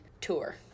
tour